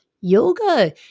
Yoga